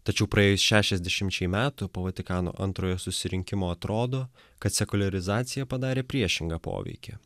tačiau praėjus šešiasdešimčiai metų po vatikano antrojo susirinkimo atrodo kad sekuliarizacija padarė priešingą poveikį